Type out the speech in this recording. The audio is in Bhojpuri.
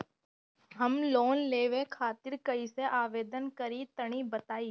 हम लोन लेवे खातिर कइसे आवेदन करी तनि बताईं?